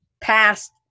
past